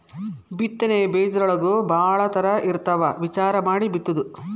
ಬಿತ್ತನೆ ಬೇಜದೊಳಗೂ ಭಾಳ ತರಾ ಇರ್ತಾವ ವಿಚಾರಾ ಮಾಡಿ ಬಿತ್ತುದು